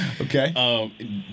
Okay